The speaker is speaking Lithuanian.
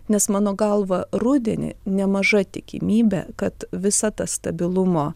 nes mano galva rudenį nemaža tikimybė kad visa ta stabilumo